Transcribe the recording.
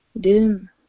dim